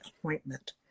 appointment